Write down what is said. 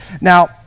Now